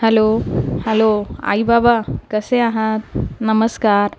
hello hello आई बाबा कसे आहात नमस्कार